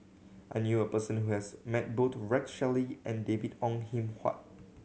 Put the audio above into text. i knew a person who has met both Rex Shelley and David Ong Kim Huat